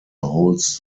holds